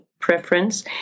preference